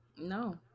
No